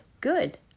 Good